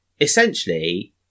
essentially